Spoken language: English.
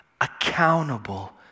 accountable